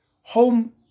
home